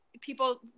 people